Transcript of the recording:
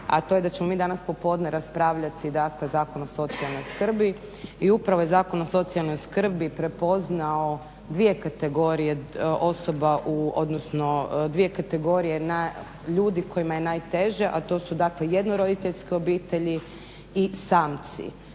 a to je da ćemo mi danas popodne raspravljati dakle Zakon o socijalnoj skrbi i upravo je Zakon o socijalnoj skrbi prepoznao dvije kategorije osoba odnosno dvije kategorije ljudi kojima je najteže a to su dakle jednoroditeljske obitelji i samci.